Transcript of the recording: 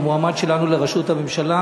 המועמד שלנו לראשות הממשלה